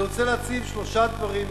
אני רוצה להציב שלושה דברים מרכזיים.